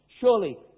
Surely